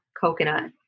coconut